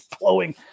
blowing